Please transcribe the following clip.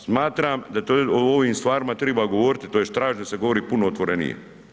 Smatram da o ovim stvarima treba govoriti, tj. tražim da se govori puno otvorenije.